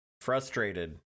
Frustrated